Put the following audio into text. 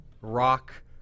Rock